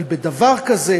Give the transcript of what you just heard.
אבל בדבר כזה,